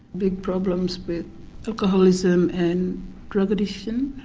big problems with alcoholism and drug addiction,